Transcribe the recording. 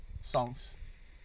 songs